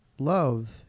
Love